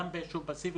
גם בעישון פסיבי,